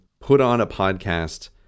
put-on-a-podcast